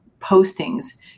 postings